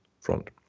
front